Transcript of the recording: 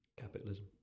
Capitalism